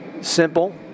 simple